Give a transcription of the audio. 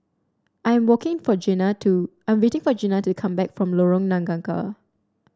I am walking for Jena to I am waiting for Jena to come back from Lorong Nangka